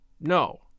No